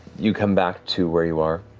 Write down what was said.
you come back to where you are,